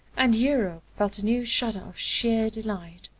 and europe felt a new shudder of sheer delight.